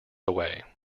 away